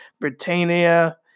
britannia